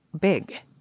big